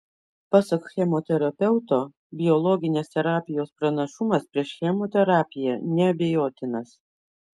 pasak chemoterapeuto biologinės terapijos pranašumas prieš chemoterapiją neabejotinas